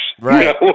right